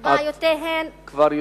את כבר יותר,